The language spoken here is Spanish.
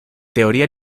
teoría